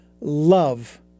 love